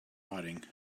rotting